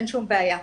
אין שום בעיה.